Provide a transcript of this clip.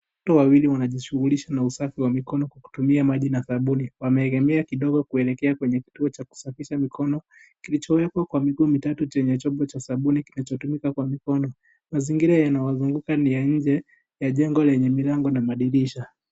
Watoto wawili wanajishughulisha na usafi wa mikono wakitumia maji na sabuni. Wameegemea kidogo kuelekea kwenye kituo cha kusafisha mikono kilichowekwa kwa miguu mitatu, chenye chombo cha sabuni kinachotumika kwa mikono. Mazingira yanawazunguka ni ya nje, ya jengo lenye milango na madirisha.